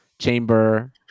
chamber